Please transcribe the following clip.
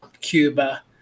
Cuba